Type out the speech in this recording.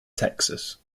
texas